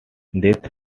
death